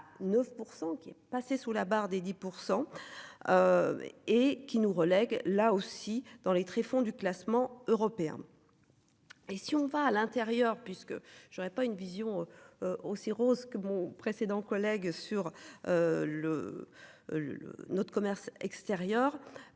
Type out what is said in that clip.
9% qui est passé sous la barre des 10%. Et qui nous relègue là aussi dans les tréfonds du classement européen. Et si on va à l'intérieur puisque je n'aurai pas une vision. Aussi rose que mon précédent collègues sur. Le. Le le notre commerce extérieur